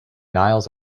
niles